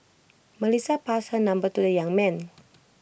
Melissa passed her number to the young man